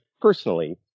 personally